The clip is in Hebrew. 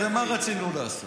איפה היא?